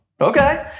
okay